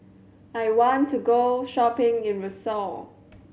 I want to go shopping in Roseau